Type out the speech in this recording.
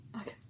Okay